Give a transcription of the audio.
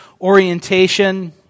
orientation